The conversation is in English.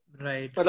Right